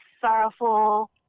sorrowful